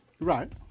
right